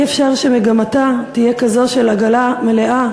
אי-אפשר שמגמתה תהיה כזו של עגלה מלאה